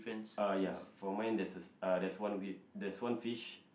uh ya from mine there's a uh there's one there's one fish